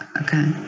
Okay